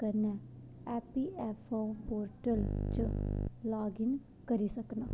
कन्नै E P F portal च log in करी सकना